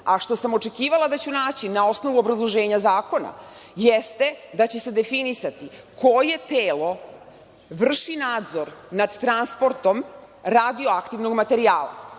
a što sam očekivala da ću naći na osnovu obrazloženja zakona jeste da će se definisati koje telo vrši nadzor nad transportom radioaktivnog materijala.